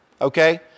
Okay